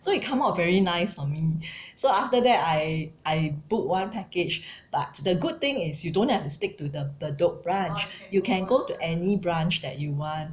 so it come out very nice on me so after that I I book one package but the good thing is you don't have to stick to the bedok branch you can go to any branch that you want